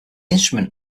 instrument